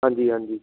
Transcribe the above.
ਹਾਂਜੀ ਹਾਂਜੀ